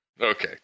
Okay